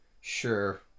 Sure